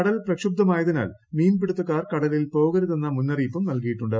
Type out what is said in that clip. കടൽ പ്രക്ഷുബ്ദമായതിനാൽ മീൻ പീടുത്തക്കാർ കടലിൽ പോകരുതെന്ന മുന്നറിയിപ്പും നൽകിയിട്ടുണ്ട്